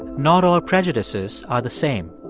not all prejudices are the same.